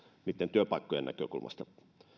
niitten työpaikkojen näkökulmasta